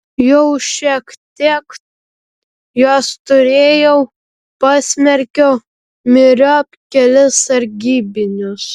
jau šiek tiek jos turėjau pasmerkiau myriop kelis sargybinius